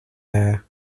there